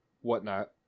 whatnot